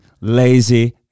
Lazy